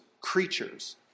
creatures